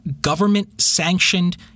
government-sanctioned